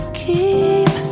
keep